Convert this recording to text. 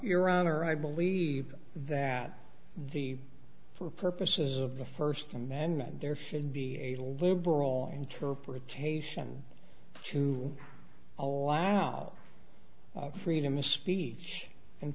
honor i believe that the for purposes of the first amendment there should be a liberal interpretation to allow freedom of speech and